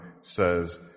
says